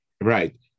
right